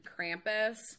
Krampus